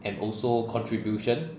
and also contribution